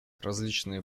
различные